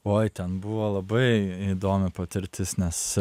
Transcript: oi ten buvo labai įdomi patirtis nes